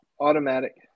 automatic